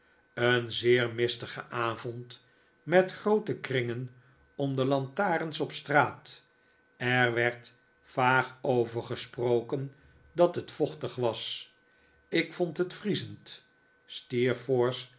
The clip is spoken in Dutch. een zeer mistige avond met groote kringen om de lantarens op straat er werd vaag over gesproken dat het vochtig was ik vond het vriezend